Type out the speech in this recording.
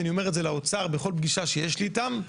ואני אומר את זה לאוצר בכל פגישה שיש לי איתם,